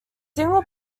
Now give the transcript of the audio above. dingle